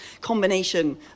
combination